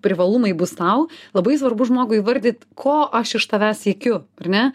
privalumai bus tau labai svarbu žmogui įvardyt ko aš iš tavęs siekiu ar ne